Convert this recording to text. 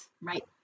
Right